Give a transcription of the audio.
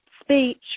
speech